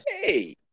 Hey